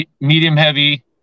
medium-heavy